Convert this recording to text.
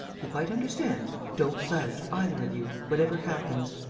you quite understand, don't budge, either of you, whatever happens.